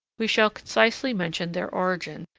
we shall concisely mention their origin,